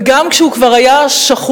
וגם כשהוא כבר היה שחוח,